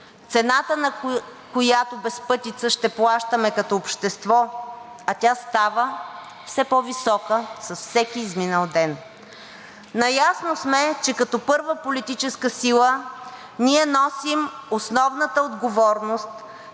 цената на която безпътица ще плащаме като общество, а тя става все по-висока с всеки изминал ден. Наясно сме, че като първа политическа сила ние носим основната отговорност